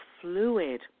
fluid